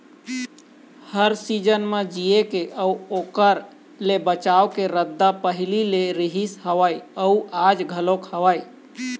हर season म जीए के अउ ओखर ले बचाव के रद्दा पहिली ले रिहिस हवय अउ आज घलोक हवय